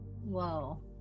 Whoa